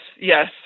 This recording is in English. yes